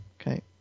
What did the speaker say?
Okay